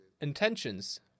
intentions